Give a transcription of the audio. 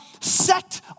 set